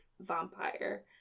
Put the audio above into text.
vampire